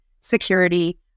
security